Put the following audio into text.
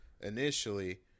initially